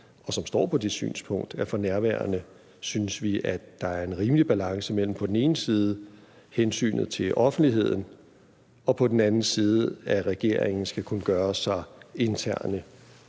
og som står på det synspunkt, at for nærværende synes vi, at der er en rimelig balance mellem på den ene side hensynet til offentligheden, og på den anden side, at regeringen skal kunne gøre sig interne,